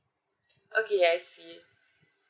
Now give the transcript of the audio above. okay I hear it